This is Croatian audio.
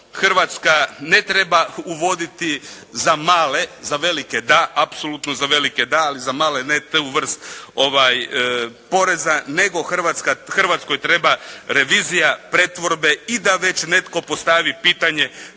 Hrvatska ne treba uvoditi za male, za velike da, apsolutno za velike da ali za male ne tu vrst poreza nego Hrvatska, Hrvatskoj treba revizija pretvorbe i da već netko postavi pitanje